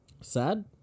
sad